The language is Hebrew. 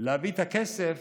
.להביא את הכסף